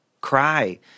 Cry